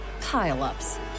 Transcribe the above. pile-ups